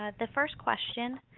the first question,